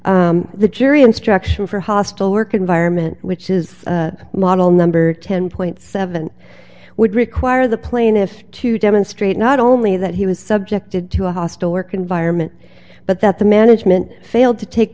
morgan the jury instruction for hostile work environment which is a model number ten point seven would require the plaintiffs to demonstrate not only that he was subjected to a hostile work environment but that the management failed to take